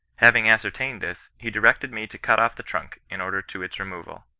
having ascertained this, he directed me to cut off the trunk, in order to its removal.